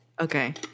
Okay